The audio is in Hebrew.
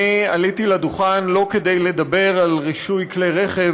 אני עליתי לדוכן לא כדי לדבר על רישוי כלי רכב,